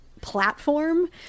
platform